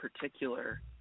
particular